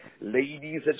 Ladies